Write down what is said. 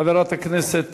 חברת הכנסת